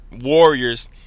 Warriors